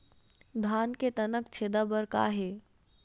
धान के तनक छेदा बर का हे?